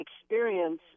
experience